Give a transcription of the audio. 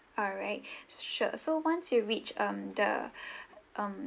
alright sure so once you reach um the